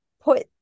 put